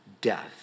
death